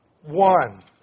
One